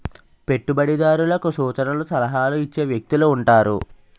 పెట్టుబడిదారులకు సూచనలు సలహాలు ఇచ్చే వ్యక్తులు ఉంటారు